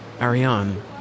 Ariane